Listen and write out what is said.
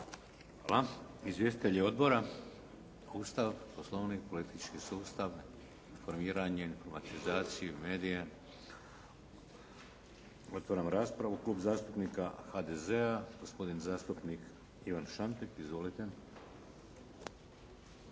Hvala. Izvjestitelji Odbora? Ustav, poslovnik, politički sustav? Informiranje, informatizaciju, medije? Otvaram raspravu. Klub zastupnika HDZ-a, gospodin zastupnik Ivan Šantek. Izvolite.